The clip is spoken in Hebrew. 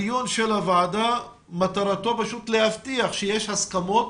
מטרת הדיון של הוועדה היא להבטיח שיש הסכמות